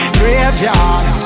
graveyard